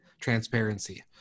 Transparency